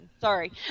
Sorry